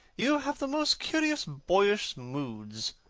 you have the most curiously boyish moods.